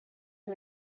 who